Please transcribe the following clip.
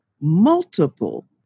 multiple